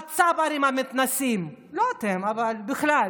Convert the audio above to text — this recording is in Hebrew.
הצברים המתנשאים, לא אתם, אבל בכלל,